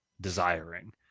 desiring